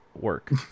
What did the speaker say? work